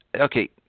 okay